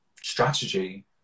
strategy